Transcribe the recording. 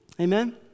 Amen